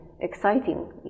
exciting